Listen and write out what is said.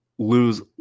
lose